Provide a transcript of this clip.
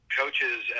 coaches